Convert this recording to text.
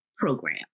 program